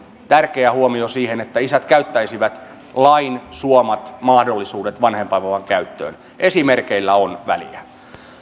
tärkeä huomio siihen että isät käyttäisivät lain suomat mahdollisuudet vanhempainvapaan käyttöön esimerkeillä on väliä